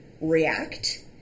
react